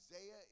Isaiah